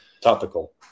Topical